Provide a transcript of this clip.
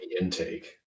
intake